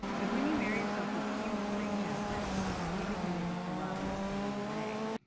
because when you marry yourself, this huge thing happens you become able to love in this whole new way.